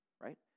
right